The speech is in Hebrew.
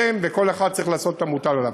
להם, ואתם וכל אחד צריך לעשות את המוטל עליו.